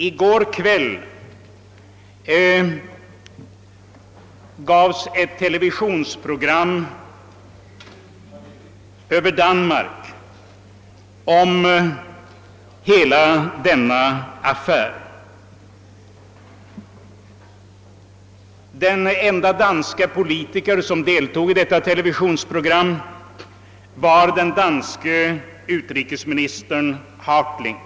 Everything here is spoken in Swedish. I går kväll sändes ett televisionsprogram över Danmark om hela denna af fär. Den ende danske politiker som deltog i detta televisionsprogram var den danske utrikesministern Hartling.